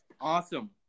awesome